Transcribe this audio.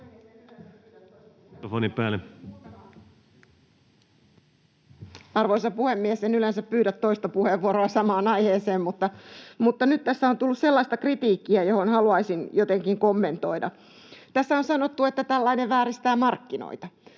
Arvoisa puhemies! En yleensä pyydä toista puheenvuoroa samaan aiheeseen, mutta nyt tässä on tullut sellaista kritiikkiä, johon haluaisin jotenkin kommentoida. Tässä on sanottu, että tällainen vääristää markkinoita.